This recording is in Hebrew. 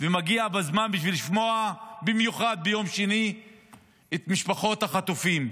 ומגיע בזמן בשביל לשמוע במיוחד ביום שני את משפחות החטופים,